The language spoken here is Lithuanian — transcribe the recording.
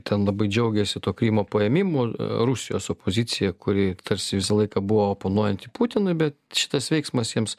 ten labai džiaugiasi tuo krymo paėmimu rusijos opozicija kuri tarsi visą laiką buvo oponuojanti putinui bet šitas veiksmas jiems